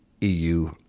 EU